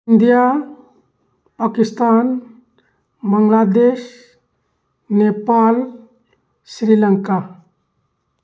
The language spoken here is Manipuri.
ꯏꯟꯗꯤꯌꯥ ꯄꯥꯀꯤꯁꯇꯥꯟ ꯕꯪꯒ꯭ꯂꯥꯗꯦꯁ ꯅꯦꯄꯥꯜ ꯁꯤꯔꯤ ꯂꯪꯀꯥ